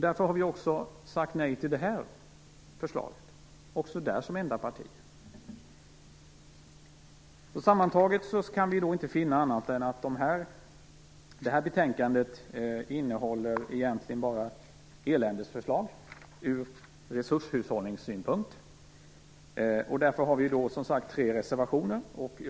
Därför har vi också sagt nej till det här förslaget - även här som enda parti. Sammantaget kan vi inte finna annat än att det här betänkandet egentligen bara innehåller eländesförslag från resurshushållningssynpunkt, och vi har därför tre reservationer.